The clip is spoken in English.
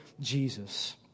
Jesus